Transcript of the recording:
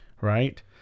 Right